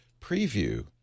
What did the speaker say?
Preview